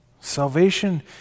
Salvation